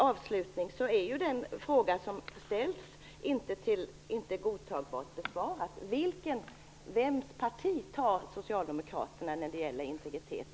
Avslutningsvis är inte den fråga som ställts godtagbart besvarad. Vems parti tar socialdemokraterna när det gäller integritet?